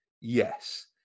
yes